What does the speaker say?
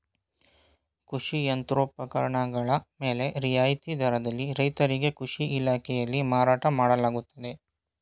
ಕೃಷಿ ಯಂತ್ರೋಪಕರಣಗಳ ಮೇಲೆ ರಿಯಾಯಿತಿ ದರದಲ್ಲಿ ರೈತರಿಗೆ ಕೃಷಿ ಇಲಾಖೆಯಲ್ಲಿ ಮಾರಾಟ ಮಾಡಲಾಗುತ್ತದೆ